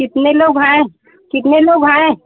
कितने लोग हैं कितने लोग हैं